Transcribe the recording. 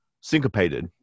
Syncopated